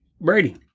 Brady